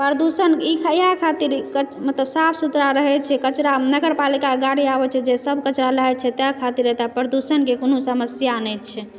प्रदुषण इएह खातिर मतलब साफ सुथरा रहैत छै कचरा नगरपालिकाके गाड़ी आबैत छै तऽ जे सभ कचड़ा लए जाइत छै ताहि खातिर एतय प्रदूषणके कोनो समस्या नहि छै